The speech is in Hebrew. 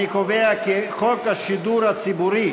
אני קובע כי חוק השידור הציבורי,